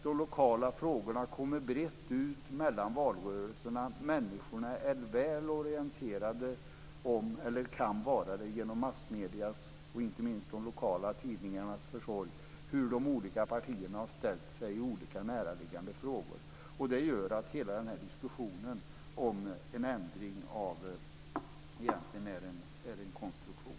De lokala frågorna kommer ut brett mellan valrörelserna, och väljarna kan genom massmediernas - inte minst de lokala tidningarnas - försorg vara väl informerade om hur de olika partierna har ställt sig i skilda näraliggande frågor. Detta gör att hela diskussionen om en ändring egentligen är en konstruktion.